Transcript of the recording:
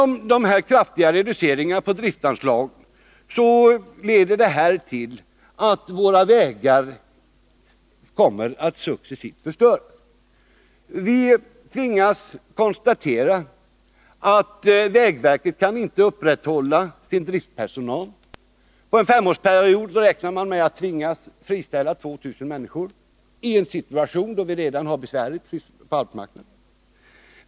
De kraftiga reduceringarna på driftsanslaget leder till att våra vägar kommer att successivt förstöras. Vi tvingas konstatera att vägverket då inte kan behålla sin driftspersonal. Man räknar där med att under en femårsperiod tvingas friställa 2 000 personer — detta i en situation då vi redan har det besvärligt på arbetsmarknaden.